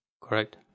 Correct